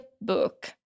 book